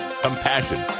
compassion